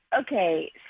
okay